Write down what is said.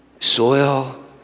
soil